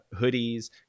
hoodies